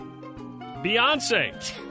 Beyonce